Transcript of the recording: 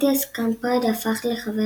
מתיאס קמפראד הפך לחבר